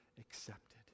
accepted